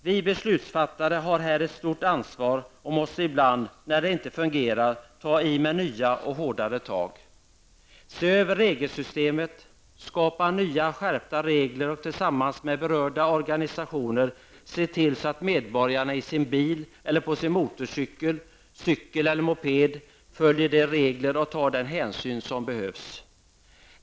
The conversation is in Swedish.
Vi beslutsfattare har här ett stort ansvar och måste ibland när det inte fungerar ta i med nya och hårdare tag, se över regelsystemet, skapa nya skärpta regler och tillsammans med berörda organisationer se till att medborgarna i sin bil eller på sin motorcykel, cykel eller moped följer de regler som finns och tar den hänsyn som behövs.